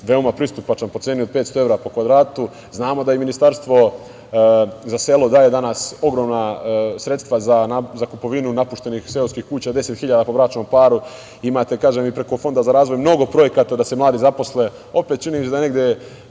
veoma pristupačan, po ceni od 500 evra po kvadratu. Znamo da i Ministarstvo za selo daje danas ogromna sredstva za kupovinu napuštenih seoskih kuća, 10.000 po bračnom paru. Imate i preko Fonda za razvoj mnogo projekata da se mladi zaposle. Opet, čini mi se da je negde